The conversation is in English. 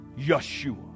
Yeshua